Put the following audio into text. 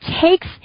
takes